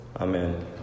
Amen